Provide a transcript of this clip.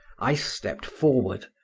i stepped forward,